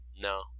No